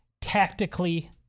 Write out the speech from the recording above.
tactically